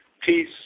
Peace